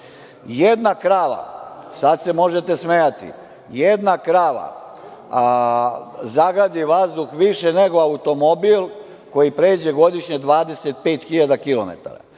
Jedna krava, sad se možete smejati, zagadi vazduh više nego automobil koji pređe godišnje 25